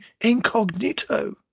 incognito